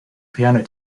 piano